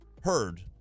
heard